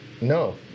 no